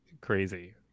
crazy